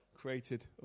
created